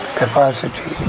capacity